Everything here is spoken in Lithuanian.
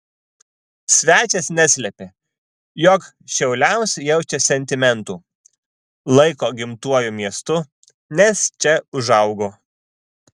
svečias neslėpė jog šiauliams jaučia sentimentų laiko gimtuoju miestu nes čia užaugo